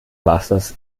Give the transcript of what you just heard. wassers